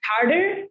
harder